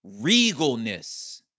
regalness